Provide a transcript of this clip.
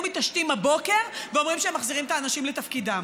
מתעשתים הבוקר ואומרים שהם מחזירים את האנשים לתפקידם.